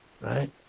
right